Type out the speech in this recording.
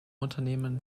unternehmen